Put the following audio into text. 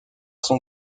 son